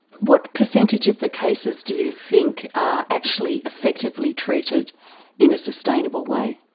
what percentage of the cases do you think are actually effectively treated in a sustainable way?